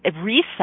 reset